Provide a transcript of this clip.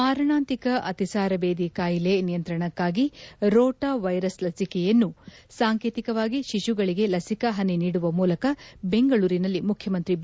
ಮಾರಣಾಂತಿಕ ಅತಿಸಾರ ಭೇದಿ ಖಾಯಿಲೆ ನಿಯಂತ್ರಣಕ್ಕಾಗಿ ರೋಟಾ ವೈರಸ್ ಲಸಿಕೆಯನ್ನು ಸಾಂಕೇತಿಕವಾಗಿ ಶಿಶುಗಳಿಗೆ ಲಸಿಕಾ ಹನಿ ನೀಡುವ ಮೂಲಕ ಬೆಂಗಳೂರಿನಲ್ಲಿಂದು ಮುಖ್ಯಮಂತ್ರಿ ಬಿ